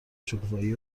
شکوفایی